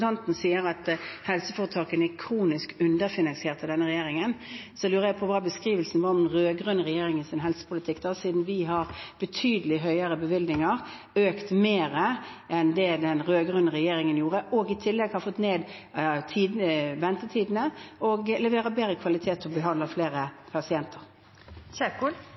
kronisk underfinansiert av denne regjeringen, lurer jeg på hva beskrivelsen var av den rød-grønne regjeringens helsepolitikk, siden vi har betydelig høyere bevilgninger. Vi har økt dem mer enn den rød-grønne regjeringen gjorde. I tillegg har vi fått ned ventetidene, og vi leverer bedre kvalitet og behandler flere